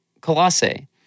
Colossae